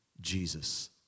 Jesus